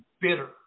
bitter